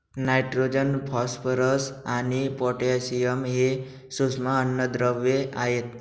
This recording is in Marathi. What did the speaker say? नायट्रोजन, फॉस्फरस आणि पोटॅशियम हे सूक्ष्म अन्नद्रव्ये आहेत